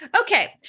Okay